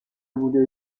بوده